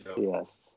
yes